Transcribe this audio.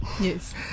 Yes